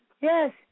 Yes